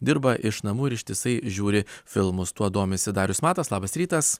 dirba iš namų ir ištisai žiūri filmus tuo domisi darius matas labas rytas